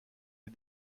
les